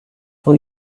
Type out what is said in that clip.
for